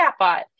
chatbot